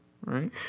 right